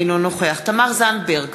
אינו נוכח תמר זנדברג,